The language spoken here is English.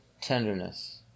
tenderness